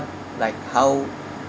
like how